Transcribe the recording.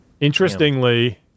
Interestingly